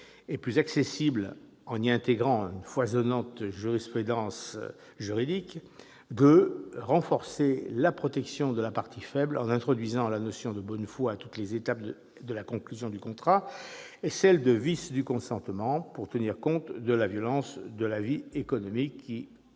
et plus accessible en y intégrant une foisonnante jurisprudence ; deuxièmement, renforcer la protection de la partie faible, en introduisant la notion de bonne foi à toutes les étapes de la conclusion du contrat et celle de vice du consentement pour tenir compte de la violence de la vie économique, qui-